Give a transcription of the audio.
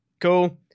cool